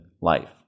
life